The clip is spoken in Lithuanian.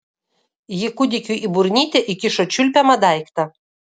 ji kūdikiui į burnytę įkišo čiulpiamą daiktą